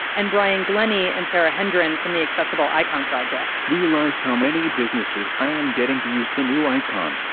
and brian glenney, and sarah hendren from the accessible icon project. realized how many businesses i am getting to use the new icon.